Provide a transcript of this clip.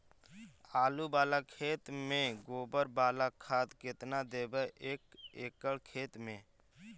आलु बाला खेत मे गोबर बाला खाद केतना देबै एक एकड़ खेत में?